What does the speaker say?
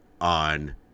on